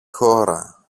χώρα